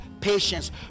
patience